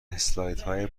اسلایدهای